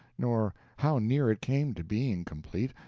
nor how near it came to being complete,